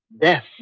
death